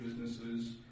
businesses